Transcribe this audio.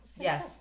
Yes